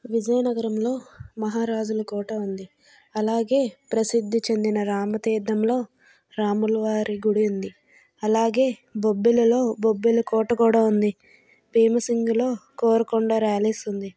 విజయనగరంలో మహారాజుల కోట ఉంది అలాగే ప్రసిద్ధి చెందిన రామతీర్థంలో రాములవారి గుడి ఉంది అలాగే బొబ్బిలిలో బొబ్బిలి కోట కూడా ఉంది భీమసింగిలో కోరుకొండ ర్యాలీస్ ఉంది